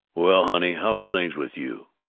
well, honey, how's things with you,